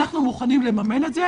אנחנו מוכנים לממן את זה